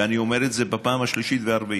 ואני אומר את זה בפעם השלישית והרביעית: